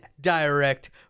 direct